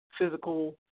physical